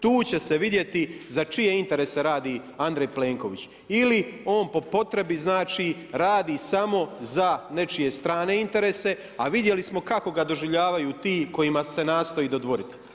Tu će se vidjeti za čije interese radi Andrej Plenković ili on po potrebi znači radi samo za nečije strane interese, a vidjeli smo kako ga doživljavali ti kojima se nastoji dodvoriti.